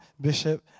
Bishop